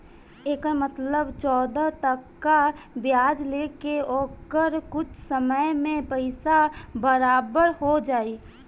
एकर मतलब चौदह टका ब्याज ले के ओकर कुछ समय मे पइसा बराबर हो जाई